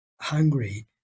hungry